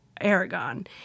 Aragon